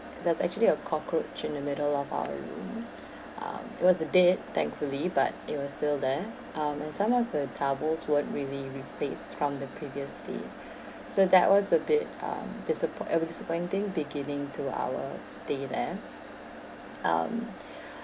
there's actually a cockroach in the middle of our room um it was a dead thankfully but it was still there um and some of the towels weren't really replaced from the previous stay so that was a bit um disappoint~ a disappointing beginning to our stay there um